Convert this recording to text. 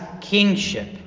kingship